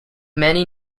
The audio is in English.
many